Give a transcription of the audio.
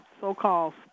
so-called